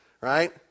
right